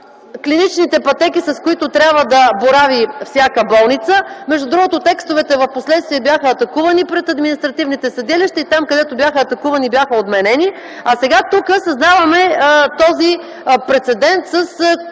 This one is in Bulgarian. клиничните пътеки, с които трябва да борави всяка болница. Между другото, текстовете впоследствие бяха атакувани пред административните съдилища и там, където бяха атакувани, бяха отменени. А сега тук създаваме този прецедент с